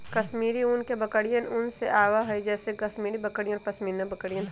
कश्मीरी ऊन बकरियन से आवा हई जैसे कश्मीरी बकरियन और पश्मीना बकरियन